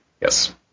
Yes